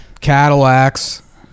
Cadillacs